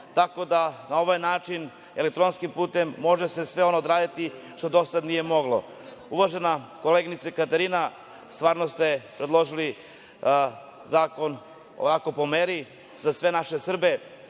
tako da na ovaj način elektronskim putem može se sve odraditi što do sada nije moglo. Uvažena koleginice Katarina, stvarno ste predložili zakon po meri za sve naše Srbe,